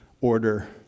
order